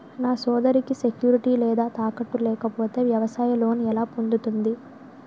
నా సోదరికి సెక్యూరిటీ లేదా తాకట్టు లేకపోతే వ్యవసాయ లోన్ ఎలా పొందుతుంది?